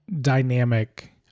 dynamic